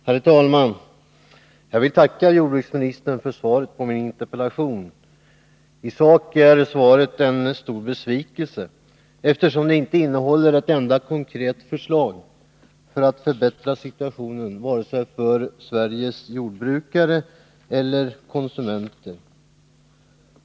Herr talman! Jag vill tacka jordbruksministern för svaret på min interpellation. I sak är svaret en stor besvikelse, eftersom det inte innehåller ett enda konkret förslag för att förbättra situationen vare sig för Sveriges jordbrukare eller för konsumenterna.